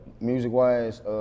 music-wise